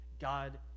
God